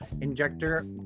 injector